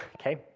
okay